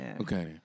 Okay